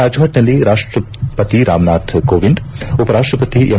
ರಾಜ್ಫಾಟ್ನಲ್ಲಿ ರಾಷ್ಷಪತಿ ರಾಮನಾಥ್ ಕೋವಿಂದ್ ಉಪರಾಷ್ಟಪತಿ ಎಂ